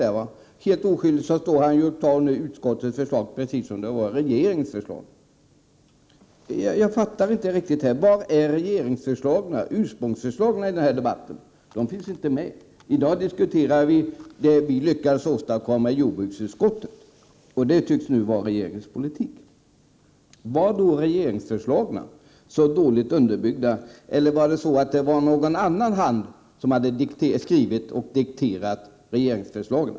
Här står han oskyldig och talar om utskottets förslag precis som om det vore regeringens förslag. Jag förstår inte riktigt vad regeringsförslagen, ursprungsförslagen, är. De finns inte med i debatten. I dag diskuterar vi det som vi har lyckats åstadkomma i jordbruksutskottet. Det tycks nu vara regeringens politik. Var regeringens förslag så dåligt underbyggda, eller var det någon annan som hade skrivit och dikterat regeringens förslag?